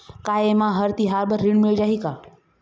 का ये मा हर तिहार बर ऋण मिल जाही का?